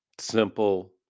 simple